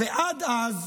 ועד אז,